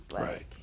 Right